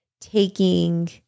taking